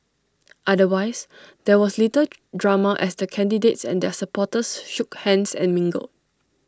otherwise there was little drama as the candidates and their supporters shook hands and mingled